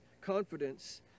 confidence